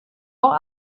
auch